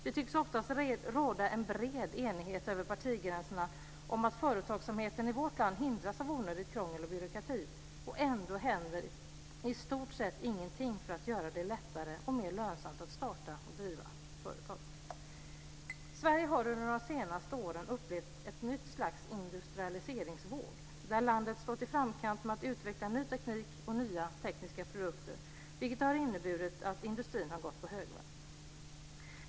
Det tycks ofta råda en bred enighet över partigränserna om att företagsamheten i vårt land hindras av onödigt krångel och byråkrati, och ändå händer i stort sett ingenting för att göra det lättare och mer lönsamt att starta och driva företag. Sverige har under de senaste åren upplevt ett nytt slags industrialiseringsvåg där landet stått i framkant med att utveckla ny teknik och nya tekniska produkter, vilket har inneburit att industrin har gått på högvarv.